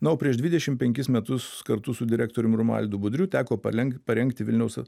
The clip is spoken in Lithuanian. na o prieš dvidešimt penkis metus kartu su direktorium romualdu budriu teko palenk parengti vilniaus